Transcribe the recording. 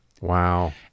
Wow